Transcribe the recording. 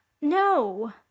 no